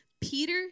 Peter